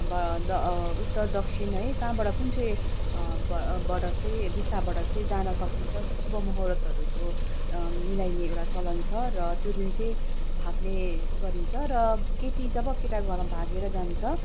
ब द उत्तर दक्षिण है कहाँबाट कुन चाहिँ बाट चाहिँ दिशाबाट चाहिँ जान सकिन्छ शुभ मुहुर्तहरूको मलाइने एउटा चलन छ र त्यो दिन चाहिँ भाग्ने गरिन्छ र केटी जब केटाको घरमा भागेर जान्छ